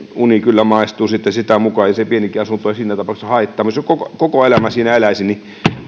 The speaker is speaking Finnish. uni kyllä maistuu sitten sitä mukaa ja se pienikään asunto ei siinä tapauksessa haittaa mutta jos koko elämän siinä eläisin niin